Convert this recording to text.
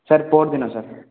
sir ପହରଦିନ sir